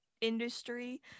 industry